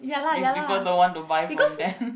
if people don't want to buy from them